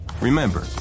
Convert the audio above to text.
Remember